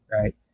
right